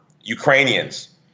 Ukrainians